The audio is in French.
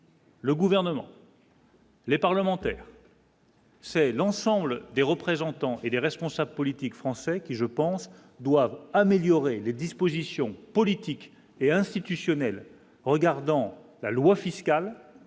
Le gouvernement. Les parlementaires. C'est l'ensemble des représentants et des responsables politiques français qui je pense doivent améliorer les dispositions politiques et institutionnelles en regardant la loi fiscale.